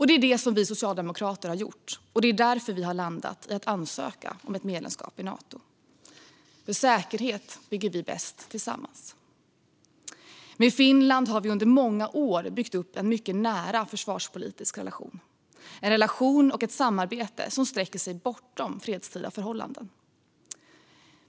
Det är det som vi socialdemokrater har gjort, och det är därför vi landat i att ansöka om ett medlemskap i Nato. Säkerhet bygger vi bäst tillsammans. Med Finland har vi under många år byggt upp en mycket nära försvarspolitisk relation. Det är en relation och ett samarbete som sträcker sig bortom fredstida förhållanden.